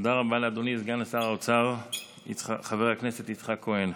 תודה רבה לאדוני סגן שר האוצר חבר הכנסת יצחק כהן.